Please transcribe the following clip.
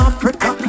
Africa